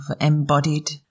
embodied